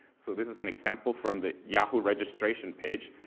so this is an example from the yahoo registration page.